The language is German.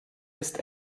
ist